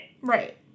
Right